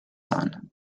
son